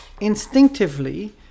Instinctively